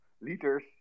liters